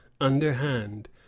underhand